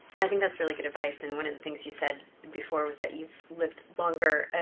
i think that's really good advice, and one of the things you said before was that you've lived longer,